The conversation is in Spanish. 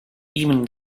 ibn